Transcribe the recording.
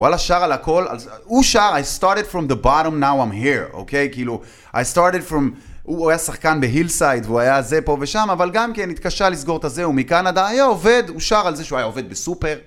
וואלה, שר על הכול, הוא שר, I started from the bottom, now I'm here, אוקיי? כאילו, I started from, הוא היה שחקן בהילסייד, והוא היה זה, פה ושם, אבל גם כן התקשה לסגור את הזה, הוא מקנדה, היה עובד, הוא שר על זה שהוא היה עובד בסופר.